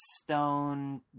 stone